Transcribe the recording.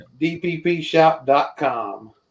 DPPshop.com